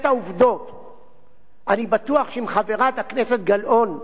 אני בטוח שאם חברת הכנסת גלאון היתה מודעת לעובדות